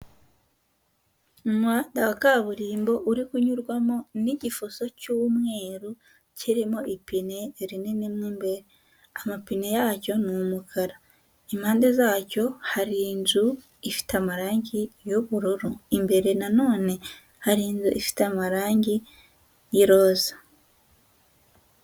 Umuhanda wa kaburimbo uri kunyurwamo n'igifuso cy'umweru, kirimo ipine rinini mo imbere. Amapine yacyo ni umukara, impande zacyo hari inzu ifite amarangi y'ubururu, imbere na none hari inzu ifite amarangi y'iroza.